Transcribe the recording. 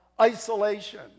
isolation